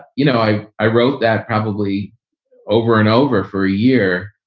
you know, i i wrote that probably over and over for a year.